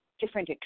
different